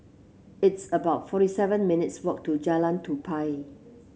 it's about forty seven minutes' walk to Jalan Tupai